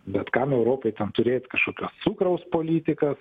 bet kam europoj ten turėt kažkokio cukraus politikas